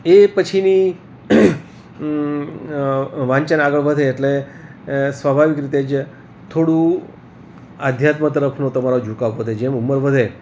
એ પછીની વાંચન આગળ વધે એટલે સ્વાભાવિક રીતે જ થોડું આધ્યાત્મ તરફનો તમારો ઝુકાવ વધે જેમ ઉંમર વધે